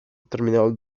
terminal